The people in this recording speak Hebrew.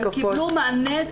הן קיבלו מענה,